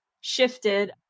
shifted